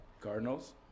Cardinals